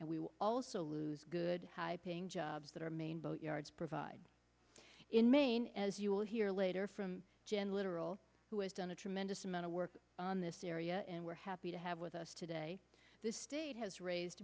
will also lose good high paying jobs that are main boat yards provide in maine as you'll hear later from gen literal who has done a tremendous amount of work on this area and we're happy to have with us today the state has raised